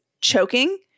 choking